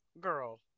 girl